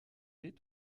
est